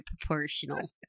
proportional